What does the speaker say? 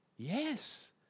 Yes